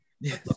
Yes